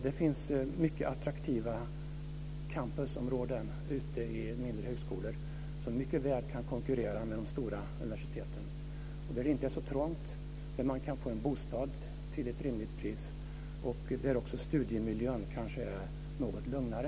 Det finns mycket attraktiva campusområden ute vid mindre högskolor som mycket väl kan konkurrera med de stora universiteten. Där är det inte så trångt. Där kan man kan få en bostad till ett rimligt pris, och studiemiljön kanske är något lugnare.